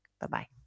Bye-bye